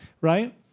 right